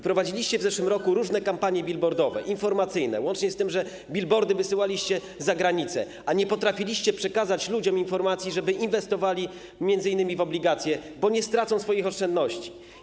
Prowadziliście w zeszłym roku różne kampanie billboardowe, informacyjne, łącznie z tym, że wysyłaliście billboardy za granicę, a nie potrafiliście przekazać ludziom informacji, żeby inwestowali m.in. w obligacje, bo nie stracą swoich oszczędności.